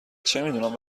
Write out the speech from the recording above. چمیدونم